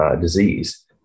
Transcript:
disease